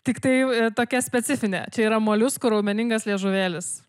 tiktai tokia specifinė čia yra moliusku raumeningas liežuvėlis